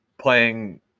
playing